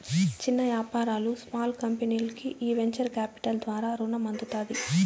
చిన్న యాపారాలు, స్పాల్ కంపెనీల్కి ఈ వెంచర్ కాపిటల్ ద్వారా రునం అందుతాది